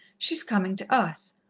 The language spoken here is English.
she's coming to us.